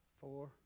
four